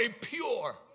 pure